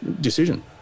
decision